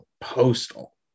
postal